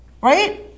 Right